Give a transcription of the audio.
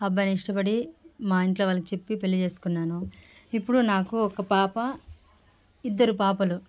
ఆ అబ్బాయిని ఇష్టపడి మా ఇంట్లో వాళ్లకి చెప్పి పెళ్లి చేసుకున్నాను ఇప్పుడు నాకు ఒక పాప ఇద్దరు పాపలు